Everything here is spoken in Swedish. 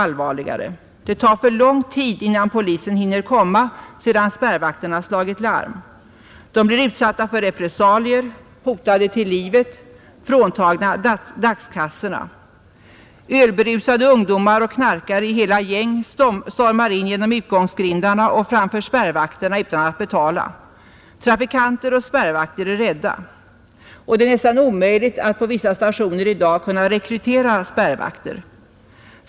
28 april 1971 Det tar för lång tid innan polisen hinner komma sedan spärrvakterna Ersättning för perslagit larm. De blir utsatta för repressalier, hotade till livet, fråntagna sonskador på grund dagskassorna. Ölberusade ungdomar och knarkare i hela gäng stormar in = gy brott genom utgångsgrindarna och förbi spärrvakterna utan att betala. Trafikanter och spärrvakter är rädda, Det är nästan omöjligt att på vissa stationer i dag kunna rekrytera spärrvakter.